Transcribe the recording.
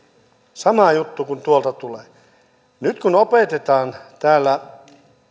sama juttu kun tuolta tulee tänne nyt kun opetetaan täällä